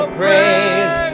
praise